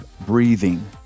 breathing